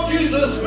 Jesus